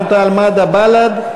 רע"ם-תע"ל-מד"ע ובל"ד.